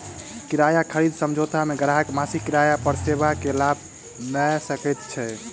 किराया खरीद समझौता मे ग्राहक मासिक किराया पर सेवा के लाभ लय सकैत छै